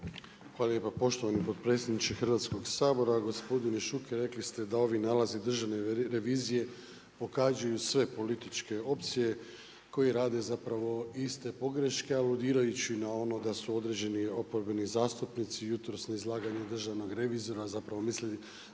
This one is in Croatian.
Hvala lijepa poštovani potpredsjedniče Hrvatskog sabora. Gospodine Šuker rekli ste da ovi nalazi državne revizije … sve političke opcije koje rade iste pogreške, aludirajući na ono da su određeni oporbeni zastupnici jutros na izlaganje državnog revizora mislili